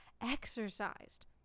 exercised